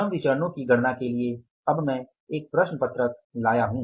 श्रम विचरणो की गणना के लिए अब मैं एक प्रश्न पत्रक लाया हूं